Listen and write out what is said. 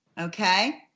okay